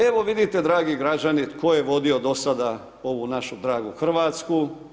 Evo vidite dragi građani tko je vodio do sada ovu našu dragu Hrvatsku.